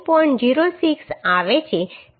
06 આવે છે